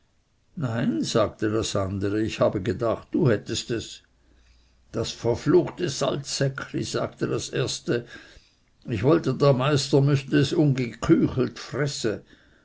nein sagte das andere ich habe gedacht du hättest es das verfluchte salzsäckli sagte das erste ich wollte der meister müßte es unküchelt fresse